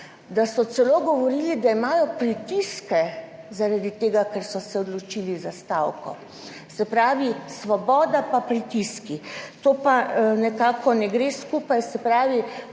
da so celo govorili, da imajo pritiske zaradi tega, ker so se odločili za stavko. Se pravi, Svoboda pa pritiski, to pa nekako ne gre skupaj. Se pravi,